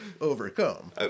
overcome